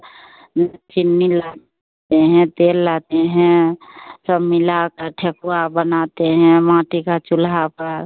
चिनी लाते हैं तेल लाते हैं सब मिलाकर ठेकुआ बनाते हैं माटी का चूल्हा पर